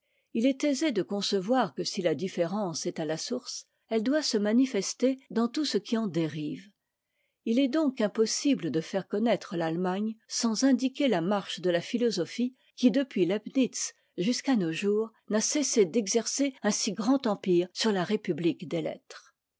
il est aisé de concevoir que si la différence est à la source elle doit se manifester dans tout ce qui en dérive il est donc impossible de faire connaître l'allemagne sans indiquer la marche de la philosophie qui depuis leibnitz jusqu'à nos jours n'a cessé d'exercer un si grand empire sur la république des lettres